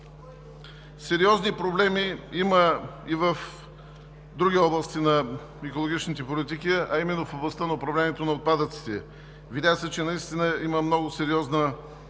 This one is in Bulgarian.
Сериозни проблеми има и в други области на екологичните политики, а именно в областта на управлението на отпадъците. Видя се, че наистина има много сериозна ситуация